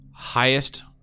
highest